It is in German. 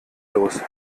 los